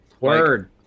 Word